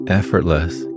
effortless